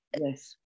Yes